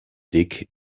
dig